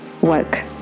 woke